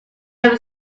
were